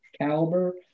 caliber